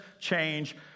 change